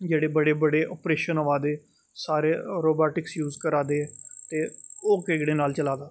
जेह्ड़े बड़े बड़े ओप्रेशन होआ दे सारे रोबाटिक यूज करा दे ते ओह् केह्दे नाल चला दा